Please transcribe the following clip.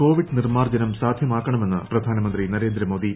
Covid നിർമാർജ്ജനം സാധ്യമാക്കണമെന്ന് പ്രധാനമന്ത്രി നരേന്ദ്രമോദി